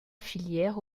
filière